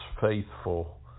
faithful